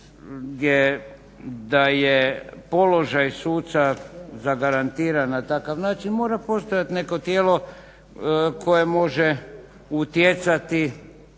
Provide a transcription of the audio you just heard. da je položaj suca zagarantiran na takav način mora postojati neko tijelo koje može utjecati